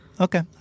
okay